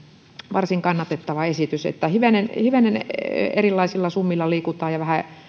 varsin kannatettava esitys hivenen erilaisilla summilla liikutaan ja